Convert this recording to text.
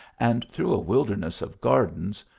and through a wilderness of gardens,